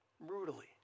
Brutally